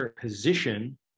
position